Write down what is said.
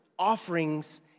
Offerings